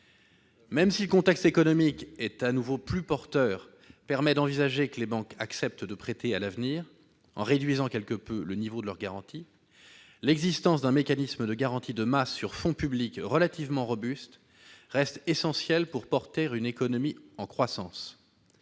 Même si un contexte économique à nouveau plus porteur permet d'envisager que les banques acceptent de prêter à l'avenir, en réduisant quelque peu le niveau de leur garantie, l'existence d'un mécanisme de garantie de masse sur fonds publics relativement robuste reste essentielle pour porter une économie en croissance.